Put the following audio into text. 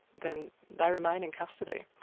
then they remain in custody.